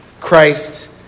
Christ